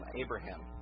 Abraham